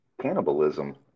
cannibalism